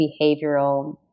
behavioral